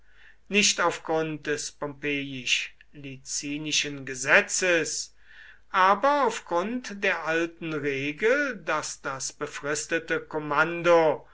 nicht auf grund des pompeisch licinischen gesetzes aber auf grund der alten regel daß das befristete kommando